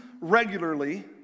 regularly